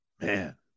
man